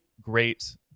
great